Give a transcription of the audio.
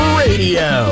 radio